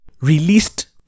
released